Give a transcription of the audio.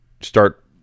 start